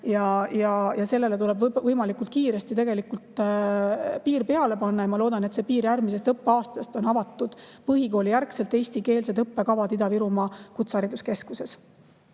Sellele tuleb võimalikult kiiresti tegelikult piir peale panna. Ma loodan, et see piir järgmisest õppeaastast on pandud ja on avatud põhikoolijärgsed eestikeelsed õppekavad Ida-Virumaa Kutsehariduskeskuses.